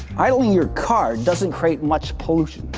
idling your car doesn't create much pollution,